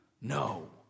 No